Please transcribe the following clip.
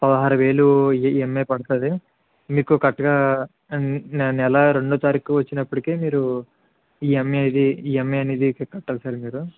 పదహారు వేలు ఈఎంఐ పడుతుంది మీకు కరెక్ట్గా నెల రెండో తారీఖు వచ్చినప్పుడికే మీరు ఈఎంఐ అది ఈఎంఐ అనేది కట్టాలి సార్ ఇందులో మీరు